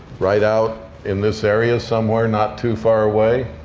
right out in this area, somewhere not too far away.